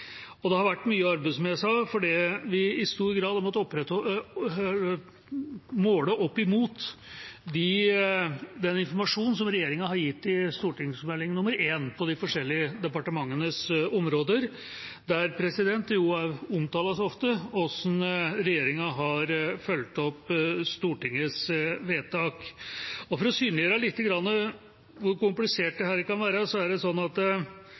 Det har vært mye arbeid, som jeg sa, fordi vi i stor grad har fått det målt opp mot den informasjonen som regjeringa har gitt i Meld. St. 1 på de forskjellige departementenes områder, der det jo ofte omtales hvordan regjeringa har fulgt opp Stortingets vedtak. For å synliggjøre litt hvor komplisert dette kan være, er det sånn at